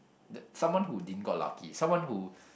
that someone who didn't got lucky someone who